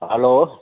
hello